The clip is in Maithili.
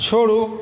छोड़ू